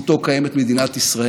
על העוצמה של הביחד,